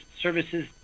services